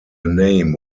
name